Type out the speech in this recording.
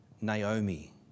Naomi